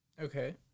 Okay